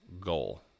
goal